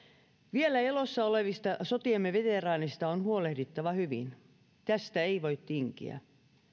vielä elossa olevista sotiemme veteraaneista on huolehdittava hyvin tästä ei voi tinkiä